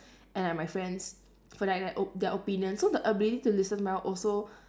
and like my friends for like their op~ their opinion so the ability to listen well also